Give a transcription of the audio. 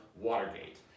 Watergate